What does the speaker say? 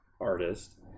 artist